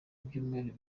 ibyumweru